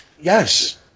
Yes